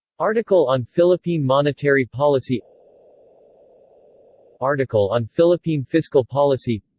article on philippine monetary policy article on philippine fiscal policy